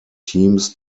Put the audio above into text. teams